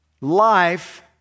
life